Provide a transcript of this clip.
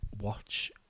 watch